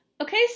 Okay